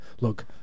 Look